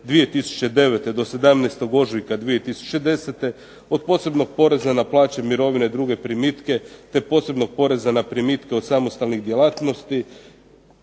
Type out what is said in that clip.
2009. do 17. ožujka 2010. od posebnog poreza na plaće, mirovine i druge primitke, te posebnog poreza od samostalnih djelatnosti